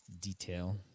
detail